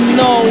no